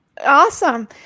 Awesome